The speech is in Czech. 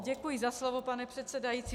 Děkuji za slovo, pane předsedající.